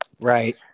Right